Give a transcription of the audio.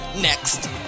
next